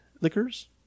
Liquors